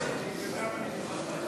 קיצור משך התקופה להרכבת הממשלה)